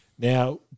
Now